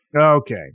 okay